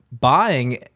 buying